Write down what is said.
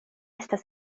estas